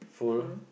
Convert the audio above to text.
full